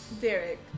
Derek